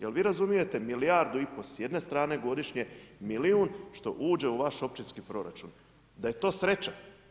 Jel' vi razumijete milijardu i po s jedne strane godišnje, milijun što uđe u vaš općinski proračun da je to sreća?